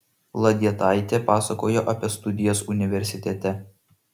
ladietaitė pasakojo apie studijas universitete